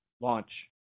Launch